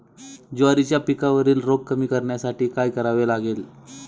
ज्वारीच्या पिकावरील रोग कमी करण्यासाठी काय करावे लागेल?